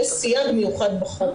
יש סייג מיוחד בחוק.